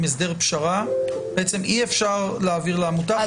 הסדר פשרה בעצם אי-אפשר להעביר לעמותה,